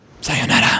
sayonara